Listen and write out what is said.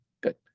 Good